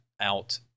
out